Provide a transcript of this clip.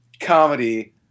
comedy